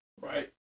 right